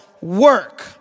work